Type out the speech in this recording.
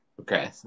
Okay